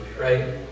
right